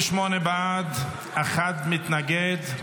בעד, מתנגד אחד.